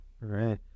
right